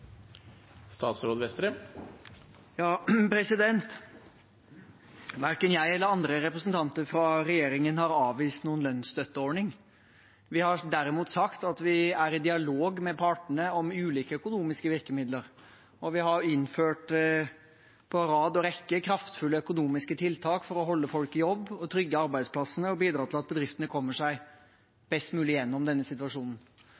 i dialog med partene om ulike økonomiske virkemidler. Vi har på rad og rekke innført kraftfulle økonomiske tiltak for å holde folk i jobb, trygge arbeidsplassene og bidra til at bedriftene kommer seg best mulig gjennom denne situasjonen.